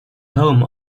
home